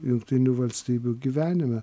jungtinių valstybių gyvenime